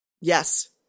Yes